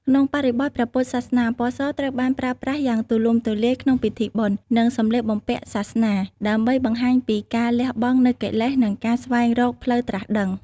ក្នុងបរិបទព្រះពុទ្ធសាសនា ពណ៌សត្រូវបានប្រើប្រាស់យ៉ាងទូលំទូលាយក្នុងពិធីបុណ្យ និងសម្លៀកបំពាក់សាសនា ដើម្បីបង្ហាញពីការ លះបង់នូវកិលេស និងការស្វែងរកផ្លូវត្រាស់ដឹង។